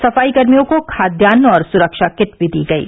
सफाईकर्मियों को खाद्यान्न और सुरक्षा किट भी दी गयी